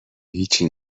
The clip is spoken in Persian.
هیچی